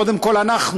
קודם כול אנחנו.